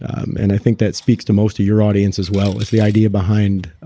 um and i think that speaks to most of your audience as well as the idea behind,